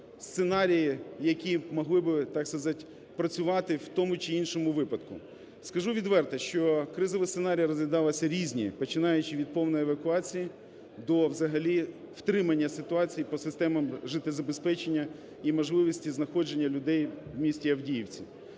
сценарії, які могли би, так сказать, працювати в тому чи іншому випадку. Скажу відверто, що кризові сценарії розглядалися різні, починаючи від повної евакуації, до взагалі втримання ситуації по системам життєзабезпечення і можливості знаходження людей в місті Авдіївці.